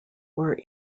were